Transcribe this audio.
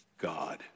God